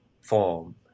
form